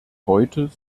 heute